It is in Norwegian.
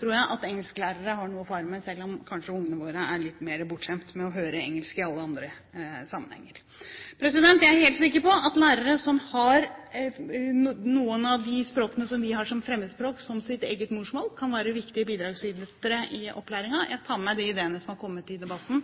tror jeg at engelsklærere har noe å fare med selv om ungene våre kanskje er litt mer bortskjemt med å høre engelsk i alle andre sammenhenger. Jeg er helt sikker på at lærere som har noen av de språkene vi har som fremmedspråk, som sitt eget morsmål, kan være viktige bidragsytere i opplæringen. Jeg tar med meg de ideene som har kommet i debatten,